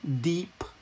deep